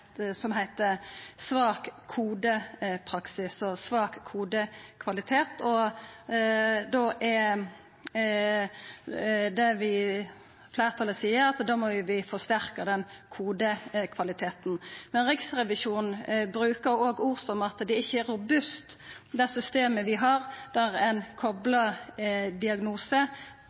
som heiter svak kodepraksis og svak kodekvalitet. Fleirtalet seier at da må vi forsterka kodekvaliteten. Men Riksrevisjonen brukar òg ord som at systemet vi har, der ein koplar diagnose